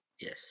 Yes